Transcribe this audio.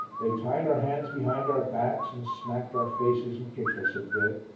they tied our hands behind our backs, and smacked our faces and kicked us a bit,